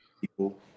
people